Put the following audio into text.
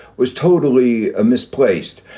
was totally ah misplaced.